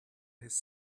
his